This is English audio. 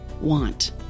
want